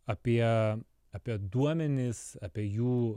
apie apie duomenis apie jų